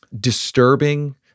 disturbing